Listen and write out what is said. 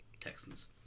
Texans